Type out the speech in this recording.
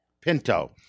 Pinto